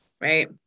Right